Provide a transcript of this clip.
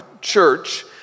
church